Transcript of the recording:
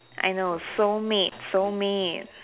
I know soulmate soulmate